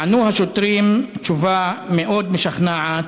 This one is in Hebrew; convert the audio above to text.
ענו השוטרים, תשובה מאוד משכנעת,